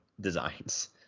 designs